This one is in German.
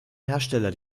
hersteller